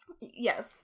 Yes